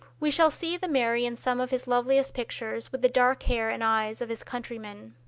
we shall see the mary in some of his loveliest pictures with the dark hair and eyes of his countrymen.